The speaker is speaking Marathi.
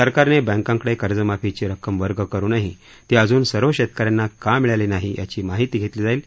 सरकारने बँकांकडे कर्जमाफी ची रक्कम वर्ग करूनही ती अजून सर्व शेतकऱ्यांना का मिळाली नाही याची माहिती घेतली जाईल